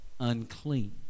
unclean